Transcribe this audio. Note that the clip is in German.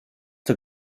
der